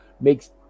makes